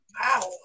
Wow